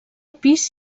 pis